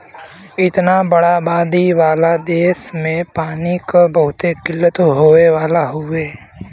इतना बड़ा आबादी वाला देस में पानी क बहुत किल्लत होए वाला हउवे